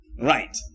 right